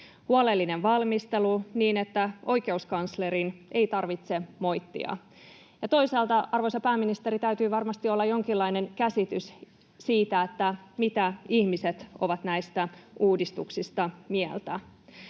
huolellinen valmistelu, niin että oikeuskanslerin ei tarvitse moittia, ja toisaalta, arvoisa pääministeri, täytyy varmasti olla jonkinlainen käsitys siitä, mitä ihmiset ovat näistä uudistuksista mieltä.